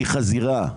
אני חזירה.